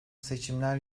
seçimler